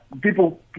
people